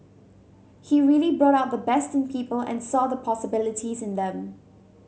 he really brought out the best in people and saw the possibilities in them